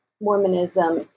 Mormonism